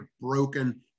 broken